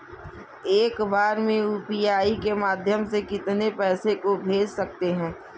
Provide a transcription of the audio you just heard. एक बार में यू.पी.आई के माध्यम से कितने पैसे को भेज सकते हैं?